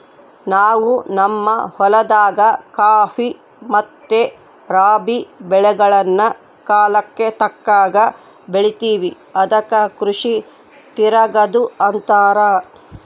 ನಾವು ನಮ್ಮ ಹೊಲದಾಗ ಖಾಫಿ ಮತ್ತೆ ರಾಬಿ ಬೆಳೆಗಳ್ನ ಕಾಲಕ್ಕತಕ್ಕಂಗ ಬೆಳಿತಿವಿ ಅದಕ್ಕ ಕೃಷಿ ತಿರಗದು ಅಂತಾರ